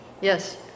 yes